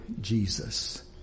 Jesus